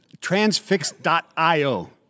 transfix.io